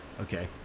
Okay